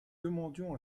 demandions